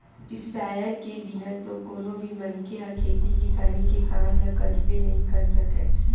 sprayer के बिना तो कोनो भी मनखे ह खेती किसानी के काम ल करबे नइ कर सकय